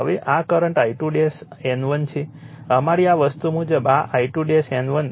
હવે આ current I2 N1 છે અમારી આ વસ્તુ મુજબ આ I2 N1 mmf I2 N2 છે